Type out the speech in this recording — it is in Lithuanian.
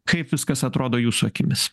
kaip viskas atrodo jūsų akimis